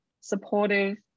supportive